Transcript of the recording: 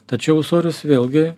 tačiau ūsoris vėlgi